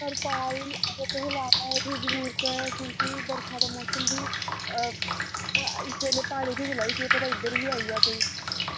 तिरपाल असें लैनां क्योंकि बर्खा दा मौसम बी इस बेल्लै पानी केह् पता इद्धर बी आई जा कोई